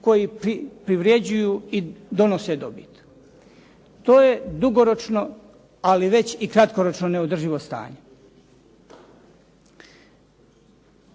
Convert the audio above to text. koji privređuju i donose dobit. To je dugoročno, ali već i kratkoročno neodrživo stanje.